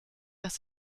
dass